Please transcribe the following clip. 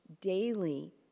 daily